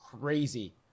crazy